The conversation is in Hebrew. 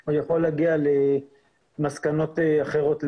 הוא יכול להגיע למסקנות אחרות לגמרי.